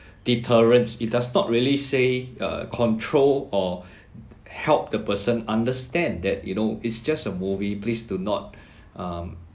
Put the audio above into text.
deterrence it does not really say err control or help the person understand that you know it's just a movie please do not um